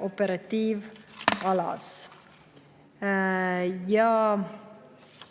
operatiivalas.